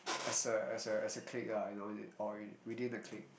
as a as a as a clique ah you know or within the clique